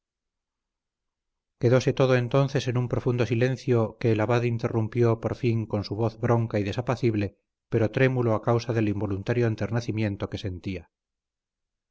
quedóse todo entonces en un profundo silencio que el abad interrumpió por fin con su voz bronca y desapacible pero trémulo a causa del involuntario enternecimiento que sentía